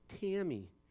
Tammy